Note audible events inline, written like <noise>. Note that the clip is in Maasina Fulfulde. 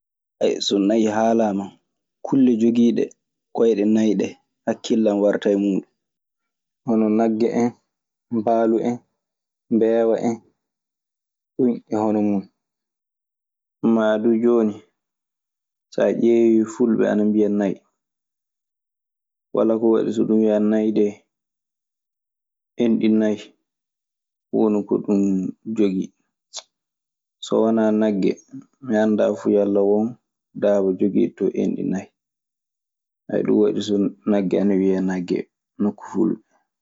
<hesitation> so nay haalaama. Kulle jogiiɗe koyɗe nay ɗee hakkile an warta e muuɗun. Hono nagge en mbaalou en, mbeewa en. Ɗun e hono muuɗun. Maa du jooni, saa ƴeewii fulɓe ana mbiya nay. Wala ko waɗi so ɗun wiyaa nay dee, enɗi nay woni ko ɗun jogii. <noise> So wanaa nagge mi anndaa fu yalla won daaba jogiiɗo ton enɗi nay. <hesitation> Ɗun waɗi so nagge ana wiyee nagge nokku fulɓe.